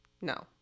no